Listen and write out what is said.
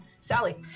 Sally